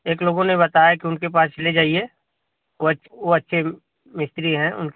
एक लोगों ने बताया कि उनके पास चले जाइए वह अच्छे वह अच्छे मिस्त्री हैं उन